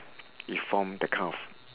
it form that kind of